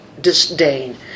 disdain